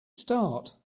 start